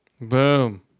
Boom